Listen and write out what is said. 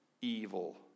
evil